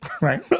Right